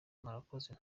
murakoze